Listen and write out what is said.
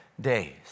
days